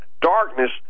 Darkness